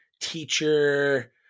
teacher